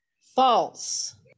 False